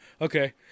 Okay